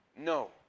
No